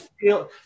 feel